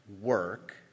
work